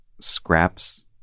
scraps